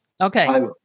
Okay